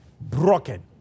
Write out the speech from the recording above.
broken